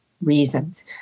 reasons